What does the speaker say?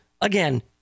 again